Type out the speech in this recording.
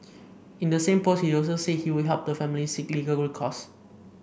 in the same post he also said he would help the family seek legal recourse